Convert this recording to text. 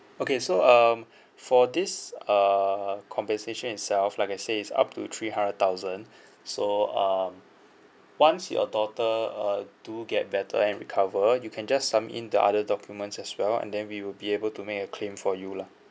okay so um for this uh compensation itself like I say it's up to three hundred thousand so um once your daughter uh do get better and recover you can just submit in the other documents as well and then we will be able to make a claim for you lah